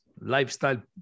lifestyle